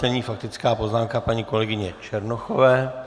Nyní faktická poznámka paní kolegyně Černochové.